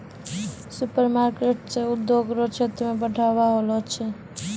supermarket से उद्योग रो क्षेत्र मे बढ़ाबा होलो छै